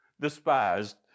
despised